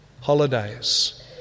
holidays